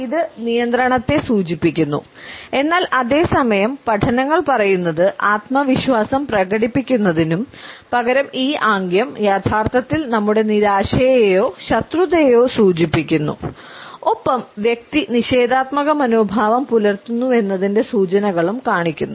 ഇത് നിയന്ത്രണത്തെ സൂചിപ്പിക്കുന്നു എന്നാൽ അതേ സമയം പഠനങ്ങൾ പറയുന്നത് ആത്മവിശ്വാസം പ്രകടിപ്പിക്കുന്നതിനുപകരം ഈ ആംഗ്യം യഥാർത്ഥത്തിൽ നമ്മുടെ നിരാശയെയോ ശത്രുതയെയോ സൂചിപ്പിക്കുന്നു ഒപ്പം വ്യക്തി നിഷേധാത്മക മനോഭാവം പുലർത്തുന്നുവെന്നതിന്റെ സൂചനകളും കാണിക്കുന്നു